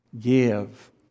give